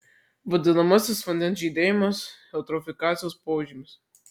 vadinamasis vandens žydėjimas eutrofikacijos požymis